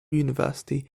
university